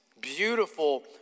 beautiful